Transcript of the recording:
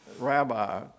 rabbi